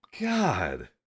God